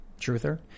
Truther